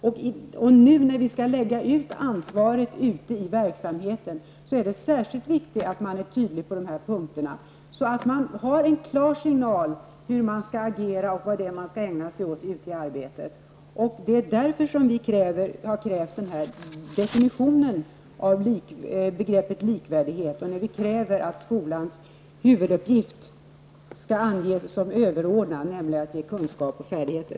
När vi nu skall lägga ut ansvaret till verksamheten, är det särskilt viktigt att man är tydlig på de här punkterna, så att det blir en klar signal om vad lärarna skall ägna sig åt i sitt arbete. Det är därför vi har krävt en definition av begreppet ''likvärdighet'' och att skolans huvuduppgift skall anges som överordnad, nämligen att bibringa kunskap och färdigheter.